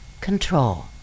control